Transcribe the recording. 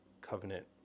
covenant